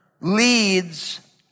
leads